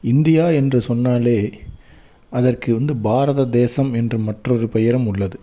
India என்று சொன்னாலே அதற்கு வந்து பாரத தேசம் என்று மற்றொரு பெயரும் உள்ளது